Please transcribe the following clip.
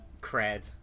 cred